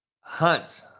hunt